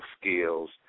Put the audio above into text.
skills